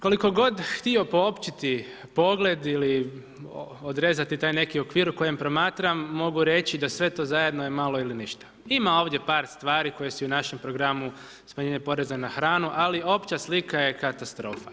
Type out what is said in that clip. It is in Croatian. Koliko god htio poopćiti pogled ili odrezati taj neki okvir u kojem promatram, mogu reći da sve to zajedno je malo ili ništa. ima ovdje par stvari koje su i u našem programu, smanjenje poreza na hranu, ali opća slika je katastrofa.